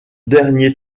dernier